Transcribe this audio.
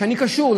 שאני קשור,